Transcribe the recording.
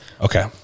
okay